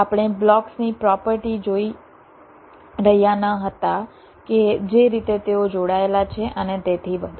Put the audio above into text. આપણે બ્લોક્સની પ્રોપર્ટી જોઈ રહ્યા ન હતા કે જે રીતે તેઓ જોડાયેલા છે અને તેથી વધુ